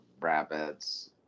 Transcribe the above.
rabbits